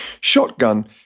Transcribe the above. shotgun